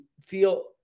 feel